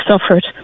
suffered